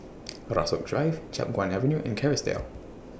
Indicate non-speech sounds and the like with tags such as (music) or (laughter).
(noise) Rasok Drive Chiap Guan Avenue and Kerrisdale